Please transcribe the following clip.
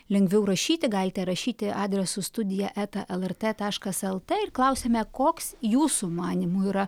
lengviau rašyti galite rašyti adresu studija eta lrt taškas lt ir klausiame koks jūsų manymu yra